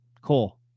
Cool